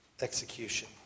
execution